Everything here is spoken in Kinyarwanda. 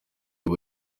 ubu